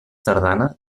tardana